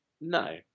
no